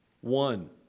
one